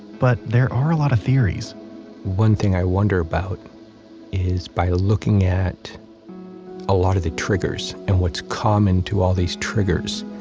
but, there are a lot of theories one thing i wonder about is, by looking at a lot of the triggers, and what's common to all these triggers,